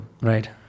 Right